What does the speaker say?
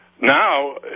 Now